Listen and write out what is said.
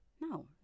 No